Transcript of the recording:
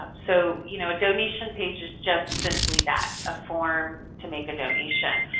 um so, you know donation pages, just simply that a form to make a donation,